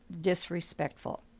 disrespectful